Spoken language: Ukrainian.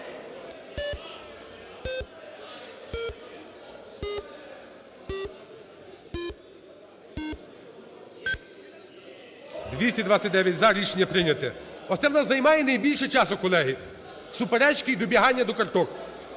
За-229 Рішення прийнято. Оце в нас займає найбільше часу, колеги, суперечки і добігання до карток.